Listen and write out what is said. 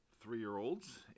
three-year-olds